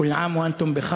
חג שמח לכם.